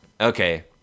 Okay